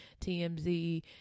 TMZ